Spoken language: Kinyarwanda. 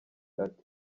ati